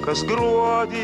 kas gruodį